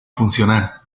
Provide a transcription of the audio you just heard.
funcionar